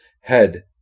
head